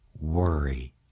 worry